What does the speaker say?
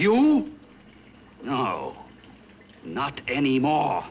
you know not anymore